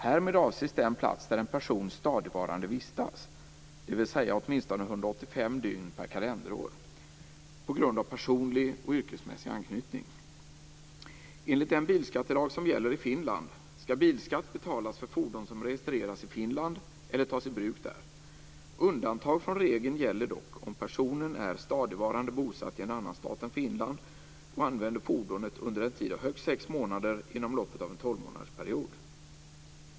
Härmed avses den plats där en person stadigvarande vistas - dvs. åtminstone Enligt den bilskattelag som gäller i Finland skall bilskatt betalas för fordon som registreras i Finland eller tas i bruk där. Undantag från regeln gäller dock om personen är stadigvarande bosatt i en annan stat än Finland och använder fordonet under en tid av högst sex månader inom loppet av en tolvmånadersperiod.